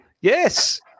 yes